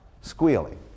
squealing